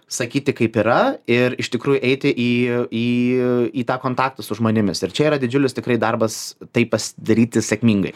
sakyti kaip yra ir iš tikrųjų eiti į tą kontaktą su žmonėmis ir čia yra didžiulis tikrai darbas tai pasidaryti sėkmingai